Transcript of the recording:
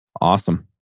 Awesome